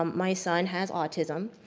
um my son has autism